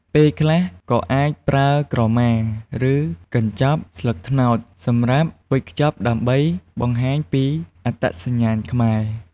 ពេលខ្លះក៏អាចប្រើក្រមា ឬកញ្ចប់ស្លឹកត្នោតសម្រាប់វេចខ្ចប់ដើម្បីបង្ហាញពីអត្តសញ្ញាណខ្មែរ។